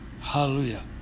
hallelujah